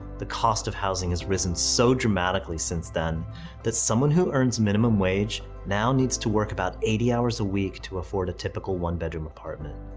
the cost of housing has risen so dramatically since then that someone who earns minimum wage now needs to work about eighty hours a week to afford a typical one-bedroom apartment.